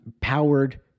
powered